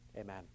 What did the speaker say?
amen